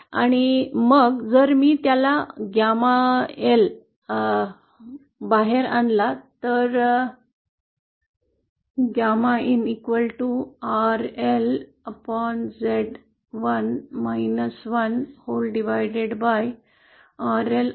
आणि मग जर मी त्यातला हा गॅमा बाहेर आला तर किती तीव्रतेसाठी एक अभिव्यक्ती लिहिली तर